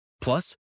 Plus